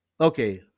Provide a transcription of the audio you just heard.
okay